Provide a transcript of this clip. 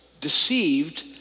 deceived